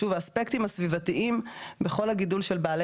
האספקטים הסביבתיים בכל הגידול של בעלי